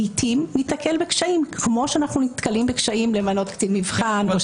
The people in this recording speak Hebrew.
לעיתים ניתקל בקשיים כמו שאנחנו נתקלים בקשיים למנות קצין מבחן.